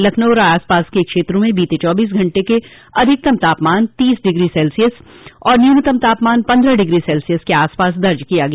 लखनऊ व आसपास के क्षेत्रों में बीते चौबीस घंटे के अधिकतम तापमान तीस डिग्री सेल्सियस और न्यूनतम तापमान पन्द्रह डिग्री सेल्सियस के आसपास दर्ज किया गया